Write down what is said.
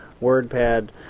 wordpad